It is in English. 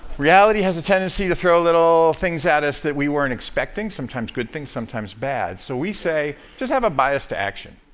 reality has the tendency to throw little things at us that we weren't expecting, sometimes good things, sometimes bad. so we say just have a biased action,